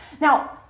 Now